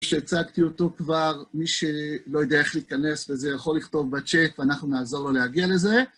שהצגתי אותו כבר, מי שלא יודע איך להיכנס וזה יכול לכתוב בצ'ק ואנחנו נעזור לו להגיע לזה,